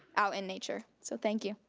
out in nature, so thank you.